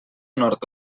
nord